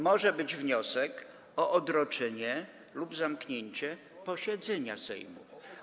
Może być wniosek o odroczenie lub zamknięcie posiedzenia Sejmu.